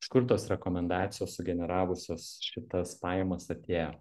iš kur tos rekomendacijos sugeneravusios šitas pajamas atėjo